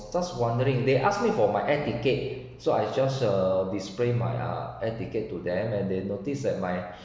just wondering they asked me for my air ticket so I just ah display my uh air ticket to them and they noticed my